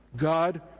God